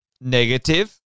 negative